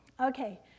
Okay